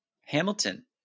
Hamilton